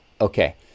okay